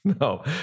No